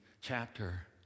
chapter